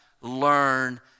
learn